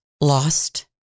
lost